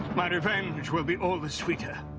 my revenge will be all the sweeter.